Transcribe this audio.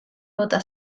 bota